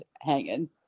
hanging